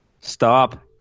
Stop